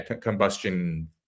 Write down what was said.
combustion